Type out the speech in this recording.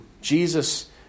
Jesus